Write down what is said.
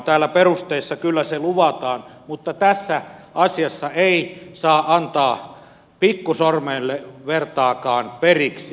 täällä perusteissa kyllä se luvataan mutta tässä asiassa ei saa antaa pikkusormen vertaakaan periksi